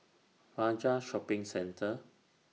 Fajar Shopping Centre